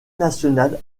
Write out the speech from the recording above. nationale